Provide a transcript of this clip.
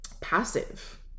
passive